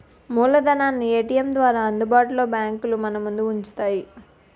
మూలధనాన్ని ఏటీఎం ద్వారా అందుబాటులో బ్యాంకులు మనముందు ఉంచుతాయి